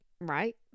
right